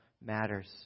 matters